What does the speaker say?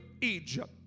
Egypt